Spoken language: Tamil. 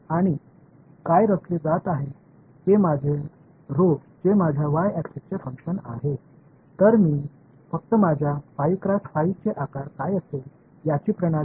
எனவே முதலாவது N என்பது 5 க்கு சமம் மற்றும் குறிக்கப்படுவது உங்கள் rho ஆகும் இதன் செயல்பாடாக எனது y அச்சு உள்ளது